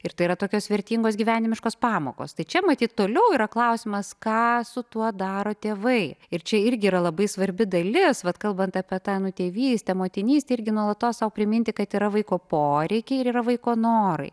ir tai yra tokios vertingos gyvenimiškos pamokos tai čia matyt toliau yra klausimas ką su tuo daro tėvai ir čia irgi yra labai svarbi dalis vat kalbant apie tą tėvystę motinystę irgi nuolatos sau priminti kad yra vaiko poreikiai ir yra vaiko norai